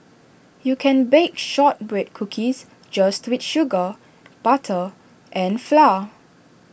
you can bake Shortbread Cookies just with sugar butter and flour